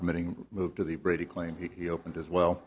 permitting move to the brady claim he opened as well